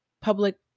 public